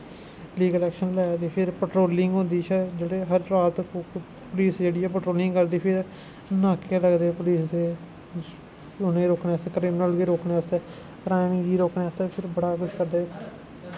legal action लै दी फिर पैट्रोलिंग होंदी फिर हर रात पुलस जेह्ड़ी ऐ पैट्रोलिंग करदी फिर नाके लगदे पुलिस दे उ'नें रोकने आस्तै क्रिमनल गी रोकने आस्तै क्राईम गी रोकने आस्ते फिर बड़ा किश करदे